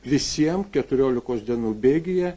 visiem keturiolikos dienų bėgyje